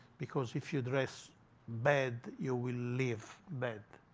because if you dress bad, you will live bad.